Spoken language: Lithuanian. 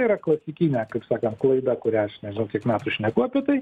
yra klasikinė kaip sakant klaida kurią aš nežinau kiek metų šneku apie tai